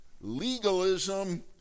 legalism